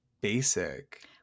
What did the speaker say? basic